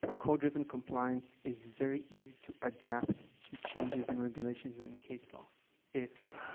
code-driven compliance is very easy to adapt to changes in regulations and case law if,